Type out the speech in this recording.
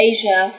Asia